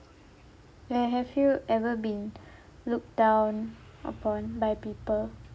where have you ever been looked down upon by people